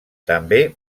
també